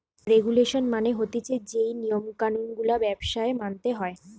regulation মানে হতিছে যেই নিয়ম কানুন গুলা ব্যবসায় মানতে হয়